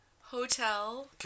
hotel